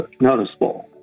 noticeable